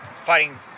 Fighting